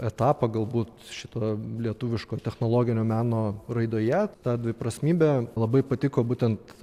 etapą galbūt šito lietuviško technologinio meno raidoje ta dviprasmybė labai patiko būtent